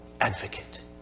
advocate